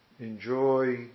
Enjoy